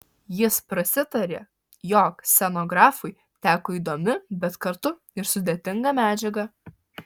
jis prasitarė jog scenografui teko įdomi bet kartu ir sudėtinga medžiaga